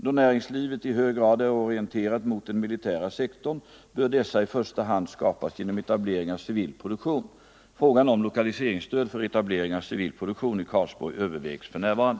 Då näringslivet i hög grad är orienterat mot den militära sektorn bör dessa i första hand skapas genom etablering av civil produktion. övervägs för närvarande.